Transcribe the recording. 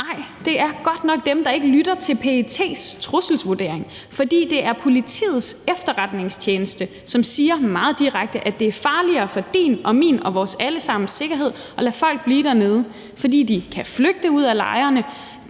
Nej, det er godt nok dem, der ikke lytter til PET's trusselsvurdering. For det er politiets efterretningstjeneste, som siger meget direkte, at det er farligere for din og min og vores alle sammens sikkerhed at lade folk blive dernede, fordi de kan flygte ud af lejrene